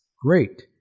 great